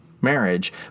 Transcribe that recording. Marriage